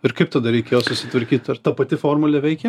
ir kaip tada reikėjo susitvarkyt ar ta pati formulė veikė